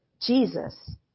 Jesus